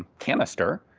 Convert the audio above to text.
canister,